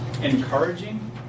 encouraging